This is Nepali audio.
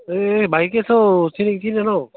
ए भाइ के छ हौ चिनेउ कि चिनेन हौ